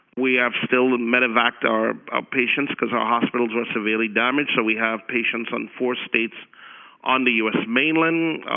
we have still and medevacked our ah patients because our hospitals are severely damaged, so we have patients on four states on the u s. mainland.